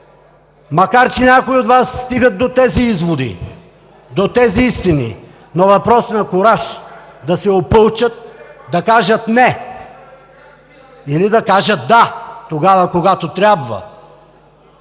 Макар че някои от Вас стигат до тези изводи, до тези истини, но въпрос на кураж е да се опълчат, да кажат „не“! Или да кажат „да“ тогава, когато трябва!